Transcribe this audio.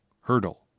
hurdle